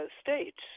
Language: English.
states